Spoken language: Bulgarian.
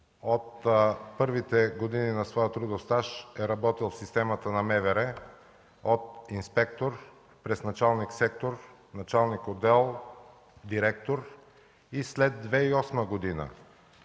от първите години на своя трудов стаж е работил в системата на МВР – от инспектор, през началник сектор, началник отдел, директор и след 2008 г.,